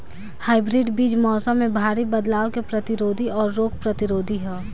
hybrid बीज मौसम में भारी बदलाव के प्रतिरोधी और रोग प्रतिरोधी ह